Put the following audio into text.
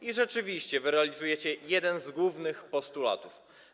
I rzeczywiście wy realizujecie jeden z głównych postulatów.